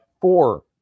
four